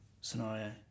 scenario